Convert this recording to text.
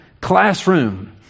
classroom